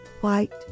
white